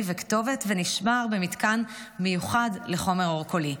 וכתובת ונשמר במתקן מיוחד לחומר אור קולי.